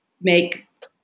make